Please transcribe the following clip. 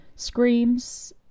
screams